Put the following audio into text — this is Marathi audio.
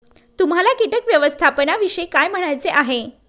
तुम्हाला किटक व्यवस्थापनाविषयी काय म्हणायचे आहे?